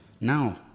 now